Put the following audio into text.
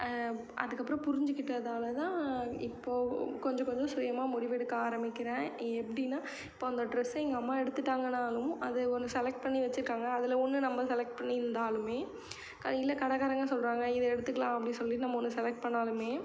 அதுக்கப்புறம் புரிஞ்சிக்கிட்டதால் தான் இப்போது கொஞ்சம் கொஞ்சம் சுயமாக முடிவெடுக்க ஆரமிக்கிறேன் எப்படின்னா இப்போ அந்த ட்ரெஸ்ஸை எங்கள் அம்மா எடுத்துட்டாங்கனாலும் அதை ஒன்று செலக்ட் பண்ணி வச்சிருக்காங்க அதில் ஒன்று நம்ப செலக்ட் பண்ணியிருந்தாலுமே இல்லை கடைக்காரங்க சொல்கிறாங்க இதை எடுத்துக்கலாம் அப்படின் சொல்லி நம்ம ஒன்று செலக்ட் பண்ணாலுமே